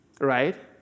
right